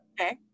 Okay